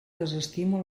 desestima